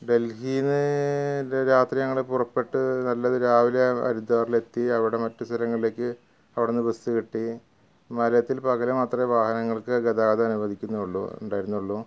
ഡൽഹിയിൽ രാത്രി ഞങ്ങൾ പുറപ്പെട്ട് നല്ലത് രാവിലെ ഹരിദ്വാറിൽ എത്തി അവിടെ മറ്റ് സ്ഥലങ്ങളിലേക്ക് അവിടുന്ന് ബസ് കിട്ടി ഹിമാലയത്തിൽ പകല് മാത്രമേ വാഹനങ്ങൾക്ക് ഗതാഗതം അനുവദിക്കുന്നുള്ളൂ ഉണ്ടായിരുന്നുള്ളൂ